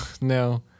no